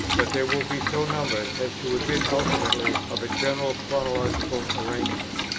but they will be so numbered as to admit ultimately of a general chronological arrangement.